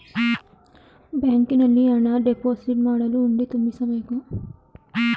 ಬ್ಯಾಂಕಿನಲ್ಲಿ ಹಣ ಡೆಪೋಸಿಟ್ ಮಾಡಲು ಹುಂಡಿ ತುಂಬಿಸಬೇಕು